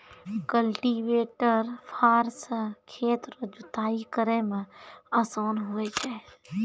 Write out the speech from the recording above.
cultivator फार से खेत रो जुताइ करै मे आसान हुवै छै